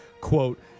quote